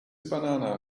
banana